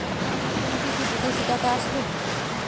আমার ব্যংকে কি বিদেশি টাকা আসবে?